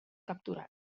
capturat